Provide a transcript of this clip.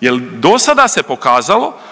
Jer do sada se pokazalo